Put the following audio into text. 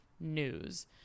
news